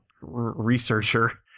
researcher